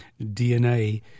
DNA